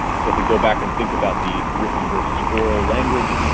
so if we go back and think about the written versus oral language,